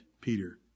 Peter